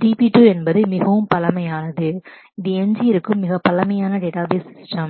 DB2 என்பது மிகவும் பழமையானது இது எஞ்சியிருக்கும் மிகப் பழமையான டேட்டாபேஸ் சிஸ்டம்